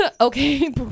okay